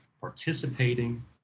participating